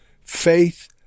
faith